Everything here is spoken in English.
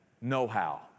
know-how